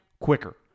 quicker